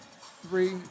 three